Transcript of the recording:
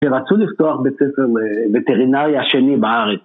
שרצו לפתוח בית ספר וטרינריה השני בארץ